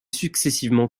successivement